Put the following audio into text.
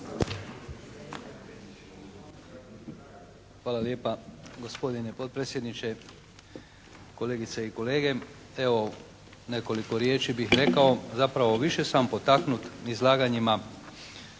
Hvala lijepa gospodine potpredsjedniče, kolegice i kolege. Evo, nekoliko riječi bih rekao. Zapravo više sam potaknut izlaganjima